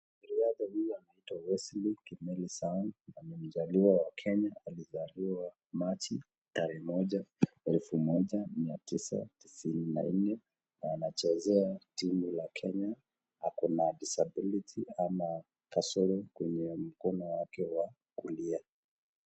Mwanariadha huyu anaitwa Wesley Kimeli Sang ni mzaliwa wa Kenya. Alizaliwa Machi tarehe moja, elfu moja mia tisa tisini na nne na anachezea timu ya Kenya. Ako na disability ama kasoro kwenye mkono wake wa kulia.